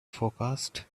forecast